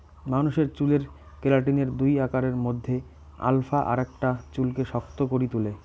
মানুষের চুলরে কেরাটিনের দুই আকারের মধ্যে আলফা আকারটা চুলকে শক্ত করি তুলে